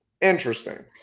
Interesting